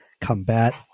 combat